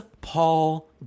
paul